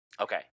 Okay